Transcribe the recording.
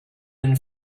and